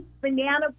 banana